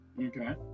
Okay